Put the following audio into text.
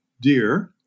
dear